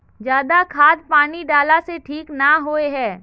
ज्यादा खाद पानी डाला से ठीक ना होए है?